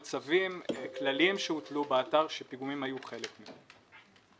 צווים כלליים שהוטלו באתר שפיגומים היו חלק ממנו.